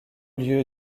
lieu